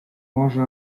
może